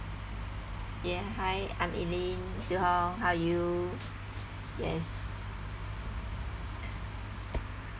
ya hi I'm elaine xiu-hong how are you yes